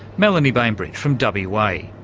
melanie bainbridge, from w. a.